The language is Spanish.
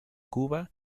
cuba